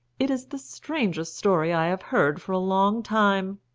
it is the strangest story i have heard for a long time.